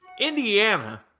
Indiana